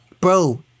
Bro